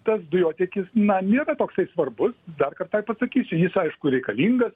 tas dujotiekis na nėra toksai svarbus dar kartą pasakysiu jis aišku reikalingas